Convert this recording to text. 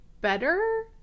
better